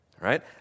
Right